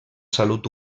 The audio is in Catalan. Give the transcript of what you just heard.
salut